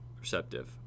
receptive